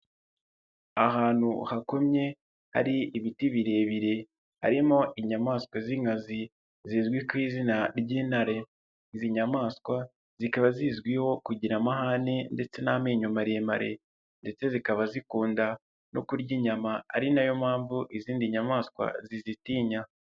Ahantu hakomye hari ibiti birebire, harimo inyamaswa z'inkazi zizwi ku izina ry'intare, izi nyamaswa zikaba zizwiho kugira amahane ndetse n'amenyo maremare ndetse zikaba zikunda no kurya inyama ari nayo mpamvu izindi nyamaswa zizitinya.